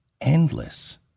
endless